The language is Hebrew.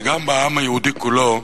וגם העם היהודי כולו.